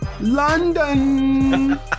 London